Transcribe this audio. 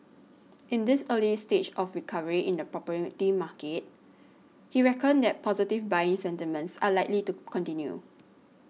in this early stage of recovery in the property the market he reckoned that positive buying sentiments are likely to continue